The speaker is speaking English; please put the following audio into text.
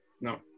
No